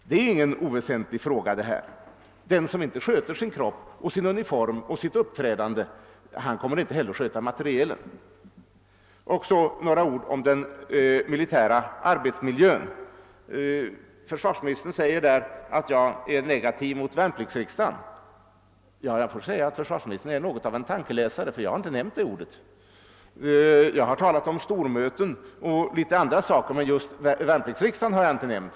Detta är ingen oväsentlig fråga. Den som inte sköter sin kropp, sin uniform och sitt uppträdande kommer inte heller att sköta materielen. Så några ord om den militära arbetsmiljön. Försvarsministern säger att jag är negativ mot värnpliktsriksdagen. Han måtte vara något av en tankeläsare, ty jag har inte nämnt det ordet. Jag har talat om stormöten och en del andra saker, men just värnpliktsriksdagen har jag inte nämnt.